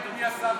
אדוני השר,